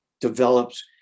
develops